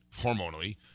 hormonally